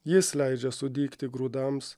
jis leidžia sudygti grūdams